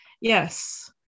yes